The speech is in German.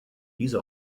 diese